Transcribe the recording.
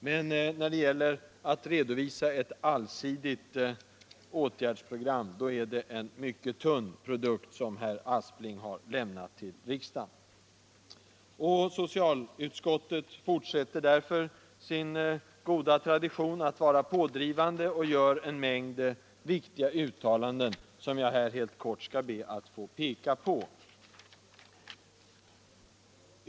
Men när det gäller att redovisa ett allsidigt åtgärdsprogram är det en mycket tunn produkt som herr Aspling har lämnat till riksdagen. Socialutskottet fortsätter därför sin goda tradition att vara pådrivande och gör en mängd viktiga uttalanden, som jag här helt kort skall be att få visa på.